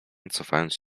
cofając